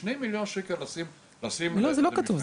שני מיליון שקל לשים במבחנים --- זה לא כתוב,